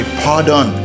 pardon